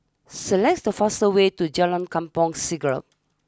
select the fastest way to Jalan Kampong Siglap